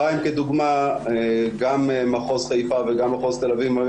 כמה שפחות זמן שישהו בתוך קורות הגג.